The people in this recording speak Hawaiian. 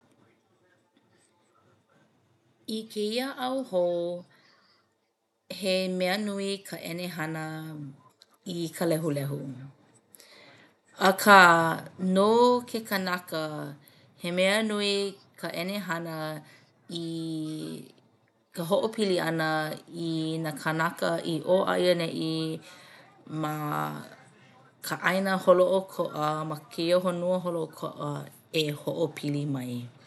I kēia au hou, he mea nui ka ʻenehana i ka lehulehu. Akā no ke kanaka he mea nui ka ʻenehana i ka hoʻopili ʻana i nā kanaka i ʻō a i ʻaneʻi ma ka ʻāina holoʻokoʻa ma kēia honua holoʻokoʻa e hoʻopili mai.